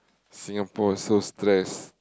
Singapore so stress